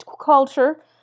culture